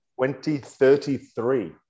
2033